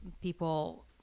people